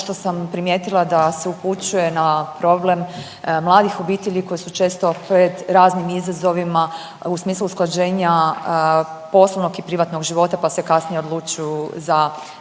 što sam primijetila da se upućuje na problem mladih obitelji koji su često pred raznim izazovima u smislu usklađenja poslovnog i privatnog života pa se kasnije odlučuju za